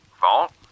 vault